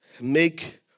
make